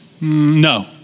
No